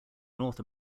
north